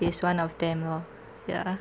is one of them lor ya